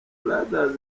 brothers